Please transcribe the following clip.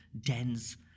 dens